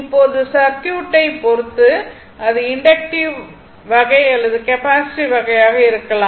இப்போது சர்க்யூட்டை பொறுத்து இது இண்டக்ட்டிவ் வகை அல்லது கெப்பாசிட்டிவ் வகையாக இருக்கலாம்